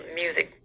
music